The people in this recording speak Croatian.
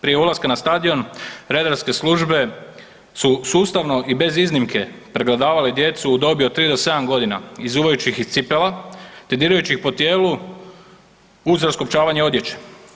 Prije ulaska na stadion redarske službe su sustavno i bez iznimke pregledavali djecu u dobi od 3 do 7 godina izuvajući iz cipela te dirajući ih po tijelu uz raskopčavanje odjeće.